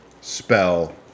spell